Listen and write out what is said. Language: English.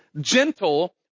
gentle